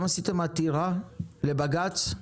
אתם הגשם עתירה לבג"ץ?